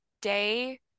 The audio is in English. day